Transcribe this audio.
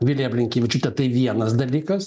vilija blinkevičiūtė tai vienas dalykas